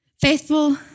Faithful